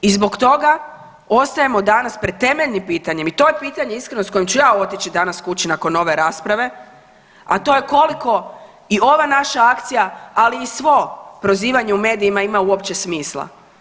I zbog toga ostajemo danas pred temeljnim pitanjem i to je pitanje iskreno s kojim ću ja otići danas kući nakon ove rasprave, a to je koliko i ova naša akcija, ali i svo prozivanje u medijima ima uopće smisla?